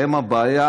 שהן הבעיה,